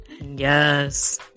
yes